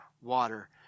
water